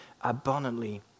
abundantly